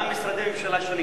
גם משרדי הממשלה שונים,